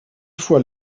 fois